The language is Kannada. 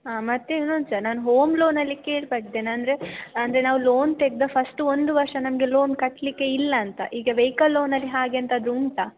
ಹಾಂ ಮತ್ತು ಇನ್ನೊಂದು ಸ ನಾನು ಹೋಮ್ ಲೋನಲ್ಲಿ ಕೇಳಿಪಟ್ಟೆ ನಾನು ಅಂದರೆ ಅಂದರೆ ನಾವು ಲೋನ್ ತೆಗೆದ ಫಸ್ಟು ಒಂದು ವರ್ಷ ನಮಗೆ ಲೋನ್ ಕಟ್ಟಲಿಕ್ಕೆ ಇಲ್ಲ ಅಂತ ಈಗ ವೆಯ್ಕಲ್ ಲೋನಲ್ಲಿ ಹಾಗೆ ಎಂತಾದರು ಉಂಟಾ